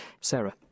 Sarah